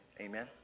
Amen